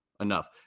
enough